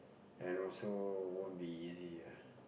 and also won't be easy ah